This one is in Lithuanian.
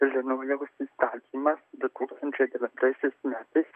ilinojaus įstatymas du tūkstančiai devintaisiais metais